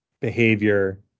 behavior